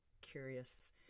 curious